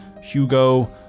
Hugo